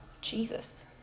Jesus